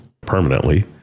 permanently